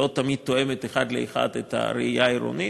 והיא לא תמיד תואמת אחד לאחד את הראייה העירונית.